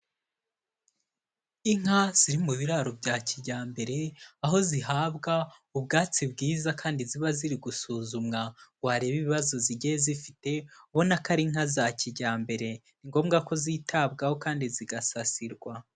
Inka ziri mu biraro bya kijyambere aho zihabwa ubwatsi bwiza kandi ziba ziri gusuzumwa ngo barebe ibibazo zigiye zifite, ubona ko ari inka za kijyambere ni ngombwa ko zitabwaho kandi zigasasirwa.